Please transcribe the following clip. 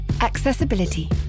Accessibility